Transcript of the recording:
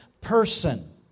person